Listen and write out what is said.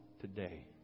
today